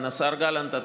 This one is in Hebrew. השר גלנט,